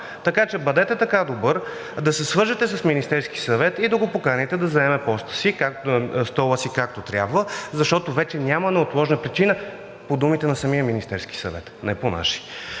Така че бъдете така добър да се свържете с Министерския съвет и да го поканите да заеме стола си, както трябва, защото вече няма неотложна причина – по думите на самия Министерски съвет, а не по наши.